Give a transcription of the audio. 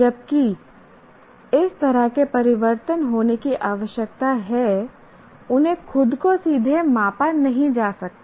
जबकि इस तरह के परिवर्तन होने की आवश्यकता है उन्हें खुद को सीधे मापा नहीं जा सकता